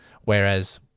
whereas